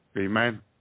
Amen